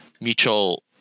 mutual